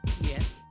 Yes